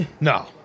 no